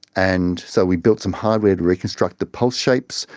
and so we built some hardware to reconstruct the pulse shapes,